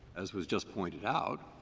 as was just pointed out,